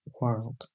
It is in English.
world